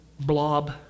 blob